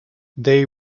they